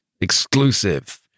exclusive